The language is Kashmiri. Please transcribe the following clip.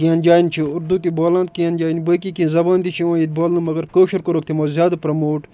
کیٚنٛہہ جاین چھِ اُردو تہِ بولان کیٚنٛہہ جاین باقٕے کیٚنٛہہ زبانہٕ تہِ چھِ یِوان ییٚتہِ بولنہٕ مگر کٲشُر کوٚرُکھ تِمو زیادٕ پرٛیٚموٹ